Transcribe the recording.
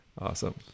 Awesome